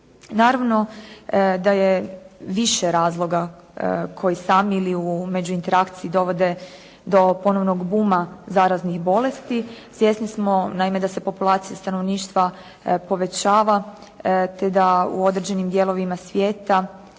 Naravno da je više razloga koji sami ili u međuinterakciji dovode do ponovnog buma zaraznih bolesti. Svjesni smo naime da se populacija stanovništva povećava te da u određenim dijelovima svijeta,